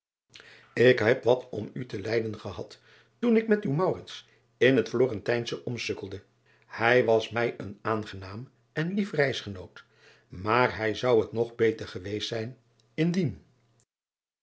k heb wat om u te lijden gehad toen ik met uw in het lorentijnsche omsukkelde ij was mij een aangenaam ên lief reisgenoot maar hij zou het nog beter geweest zijn indien